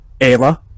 Ayla